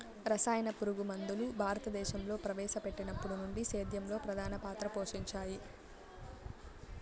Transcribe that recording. రసాయన పురుగుమందులు భారతదేశంలో ప్రవేశపెట్టినప్పటి నుండి సేద్యంలో ప్రధాన పాత్ర పోషించాయి